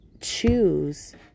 choose